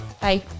Bye